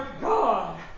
God